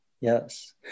yes